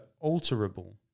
alterable